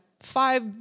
five